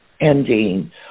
ending